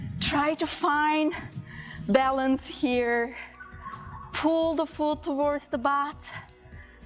try to find balance here pull the foot towards the butt,